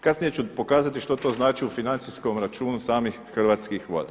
Kasnije ću pokazati što to znači u financijskom računu samih Hrvatskih voda.